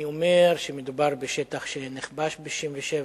אני אומר שמדובר בשטח שנכבש ב-1967,